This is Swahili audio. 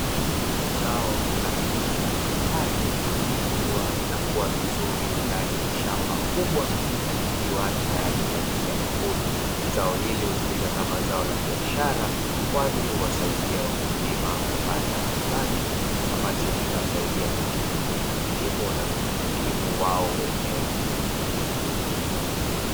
Zao aina ya papai likiwa linakua vizuri ndani ya shamba kubwa na likiwa tayari kwa ajili ya mavuno. Zao hili hutumika katika zao la biashara kwani huwasaidia wakulima kupata kipato; ambacho kitawasaidia kundesha shughuli za kilimo na za kujikimu wao wenyewe.